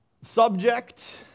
Subject